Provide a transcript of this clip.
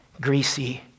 greasy